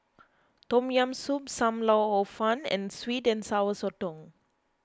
Tom Yam Soup Sam Lau Hor Fun and Sweet and Sour Sotong